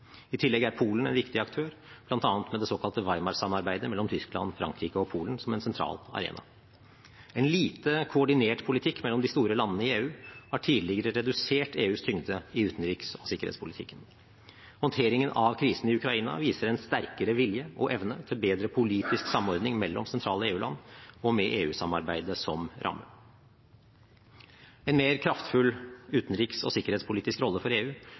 i håndteringen av Ukraina-krisen. I tillegg er Polen en viktig aktør, bl.a. med det såkalte Weimar-samarbeidet mellom Tyskland, Frankrike og Polen som sentral arena. En lite koordinert politikk mellom de store landene i EU har tidligere redusert EUs tyngde i utenriks- og sikkerhetspolitikken. Håndteringen av krisen i Ukraina viser en sterkere vilje og evne til bedre politisk samordning mellom sentrale EU-land og med EU-samarbeidet som ramme. En mer kraftfull utenriks- og sikkerhetspolitisk rolle for EU